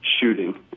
shooting